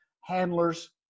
handlers